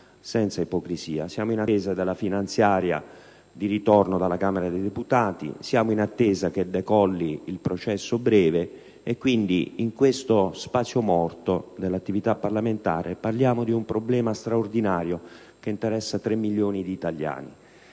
siamo in attesa della finanziaria di ritorno dalla Camera dei deputati e che decolli il processo breve e, quindi, in questo spazio morto dell'attività parlamentare, parliamo di un problema straordinario che interessa 3 milioni di italiani.